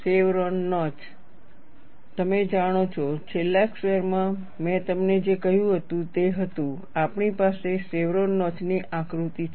chevron notch તમે જાણો છો છેલ્લા સ્ક્વેરમાં મેં તમને જે કહ્યું હતું તે હતું આપણી પાસે શેવરોન નોચ ની આકૃતિ છે